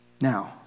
Now